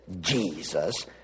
Jesus